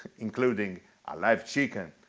including a live chicken,